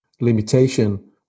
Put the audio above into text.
limitation